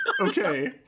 Okay